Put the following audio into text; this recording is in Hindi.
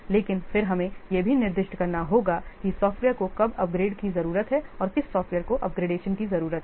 लेकिन फिर हमें यह भी निर्दिष्ट करना होगा कि सॉफ्टवेयर को कब अपग्रेड की जरूरत है और किस सॉफ्टवेयर को अपग्रेडेशन की जरूरत है